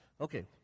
Okay